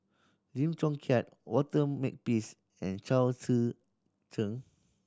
Lim Chong Keat Walter Makepeace and Chao Tzee Cheng